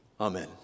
Amen